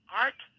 art